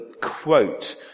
quote